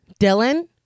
Dylan